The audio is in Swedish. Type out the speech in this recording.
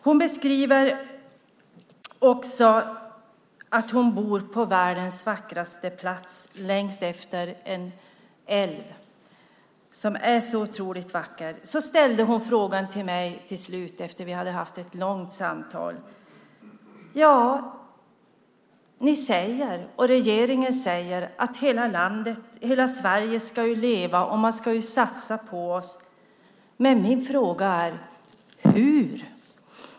Hon beskriver också att hon bor på världens vackraste plats längs en älv som är så otroligt vacker. Hon sade till mig till slut efter att vi hade haft ett långt samtal: Ni säger, och regeringen säger, att hela Sverige ska leva och att man ska satsa på oss. Men min fråga är: Hur?